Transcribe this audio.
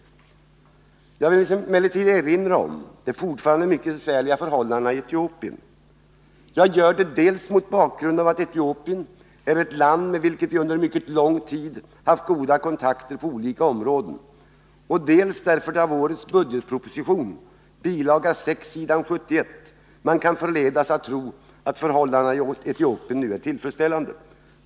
Jag vill emellertid erinra om de fortfarande mycket besvärliga förhållandenai Etiopien. Jag gör det dels mot bakgrund av att Etiopien är ett land med vilket vi under mycket lång tid har haft goda kontakter på olika områden, dels därför att man av årets budgetproposition, bil. 6 s. 71, kan förledas att tro att förhållandena i Etiopien är tillfredsställande.